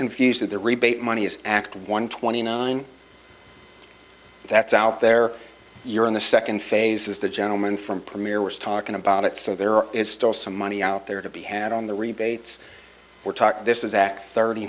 confusion of the rebate money is act one twenty nine that's out there you're in the second phase is the gentleman from premier was talking about it so there is still some money out there to be had on the rebates